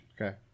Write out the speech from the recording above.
okay